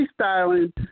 freestyling